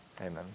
Amen